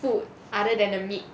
food other than the meat